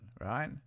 right